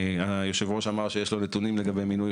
יושב הראש אמר שיש לו נתונים לגבי מינוי